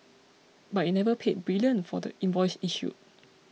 but it never paid Brilliant for the invoice issued